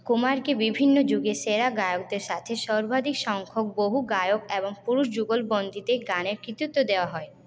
কুমারকে বিভিন্ন যুগের সেরা গায়কদের সাথে সর্বাধিক সংখ্যক বহু গায়ক এবং পুরুষ যুগলবন্দিতে গানের কৃতিত্ব দেওয়া হয়